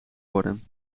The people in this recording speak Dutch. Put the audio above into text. worden